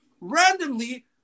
randomly